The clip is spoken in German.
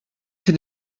für